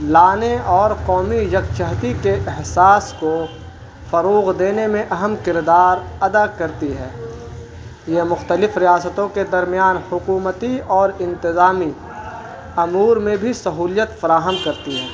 لانے اور قومی یکچہتیی کے احساس کو فروغ دینے میں اہم کردار ادا کرتی ہے یہ مختلف ریاستوں کے درمیان حکومتی اور انتظامی امور میں بھی سہولیت فراہم کرتی ہیں